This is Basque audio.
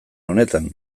honetan